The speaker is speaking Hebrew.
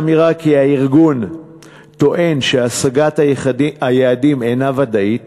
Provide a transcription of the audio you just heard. האמירה כי הארגון טוען שהשגת היעדים אינה ודאית